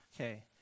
Okay